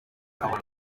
abantu